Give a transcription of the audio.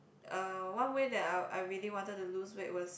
uh one way that I'll I really wanted to lose weight was